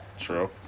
True